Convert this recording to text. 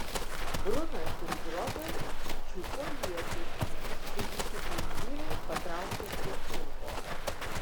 brunas ir grodas čiupo ietis kai visi trys vyrai patraukė prie urvo